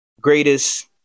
greatest